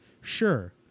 sure